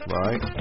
right